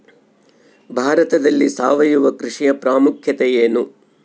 ಭಾರತದಲ್ಲಿ ಸಾವಯವ ಕೃಷಿಯ ಪ್ರಾಮುಖ್ಯತೆ ಎನು?